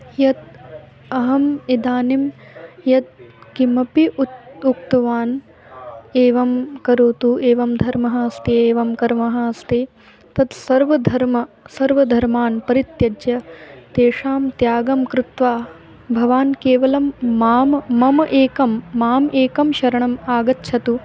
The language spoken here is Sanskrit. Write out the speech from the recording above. यत् अहम् इदानीं यत् किमपि उ उक्तवान् एवं करोतु एवं धर्मः अस्ति एवं कर्म अस्ति तत् सर्वं धर्मं सर्वधर्मान् परित्यज्य तेषां त्यागं कृत्वा भवान् केवलं माम् मम एकं माम् एकं शरणम् आगच्छतु